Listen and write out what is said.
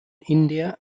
india